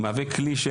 הוא מהווה כלי,